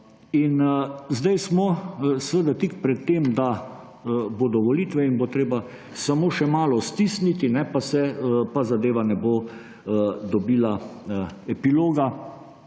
Zdaj smo seveda tik pred tem, da bodo volitve in bo treba samo še malo stisniti, pa zadeva ne bo dobila epiloga,